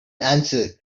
answered